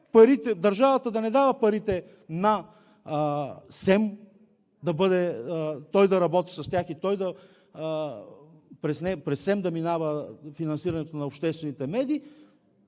държавата да не дава парите на СЕМ – той да работи с тях, и през СЕМ да не минава финансирането на обществените медии,